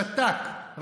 שתק,